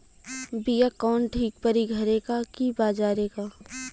बिया कवन ठीक परी घरे क की बजारे क?